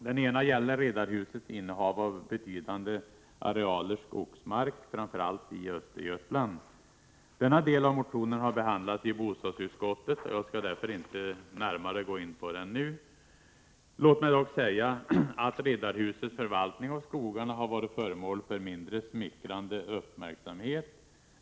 Den ena gäller Riddarhusets innehav av betydande arealer skogsmark, framför allt i Östergötland. Denna del av motionen har behandlats i bostadsutskottet, och jag skall därför inte gå närmare in på den nu. Låt mig dock säga att Riddarhusets förvaltning av skogarna har varit föremål för mindre smickrande uppmärksamhet.